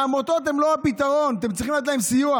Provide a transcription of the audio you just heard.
העמותות הן לא הפתרון, אתם צריכים לתת להם סיוע.